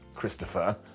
Christopher